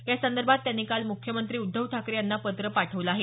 यासंदर्भात त्यांनी काल मुख्यमंत्री उद्धव ठाकरे यांना पत्र पाठवलं आहे